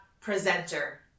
presenter